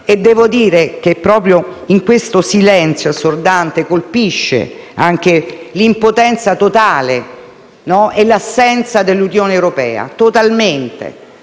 Devo dire che proprio in questo silenzio assordante colpisce anche l’impotenza totale e l’assenza dell’Unione europea, della